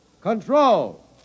Control